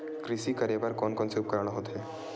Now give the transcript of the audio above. कृषि करेबर कोन कौन से उपकरण होथे?